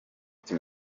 ati